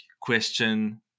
question